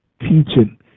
teaching